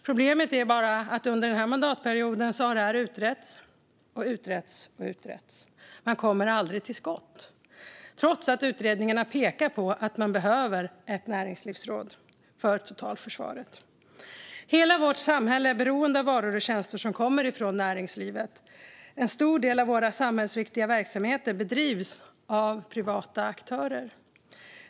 Problemet är bara att det under denna mandatperiod har utretts och utretts och utretts men att man aldrig kommer till skott, trots att utredningarna pekar på att man behöver ett näringslivsråd för totalförsvaret. Hela vårt samhälle är beroende av varor och tjänster som kommer från näringslivet. En stor del av våra samhällsviktiga verksamheter bedrivs av privata aktörer.